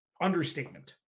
Understatement